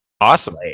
Awesome